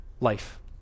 life